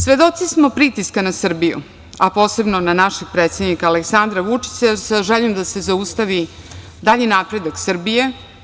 Svedoci smo pritiska na Srbiju, a posebno na našeg predsednika Aleksandra Vučića, sa željom da se zaustavi dalji napredak Srbije.